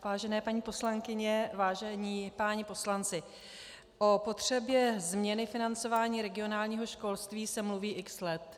Vážené paní poslankyně, vážení páni poslanci, o potřebě změny financování regionálního školství se mluví x let.